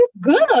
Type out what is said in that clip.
Good